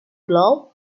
glove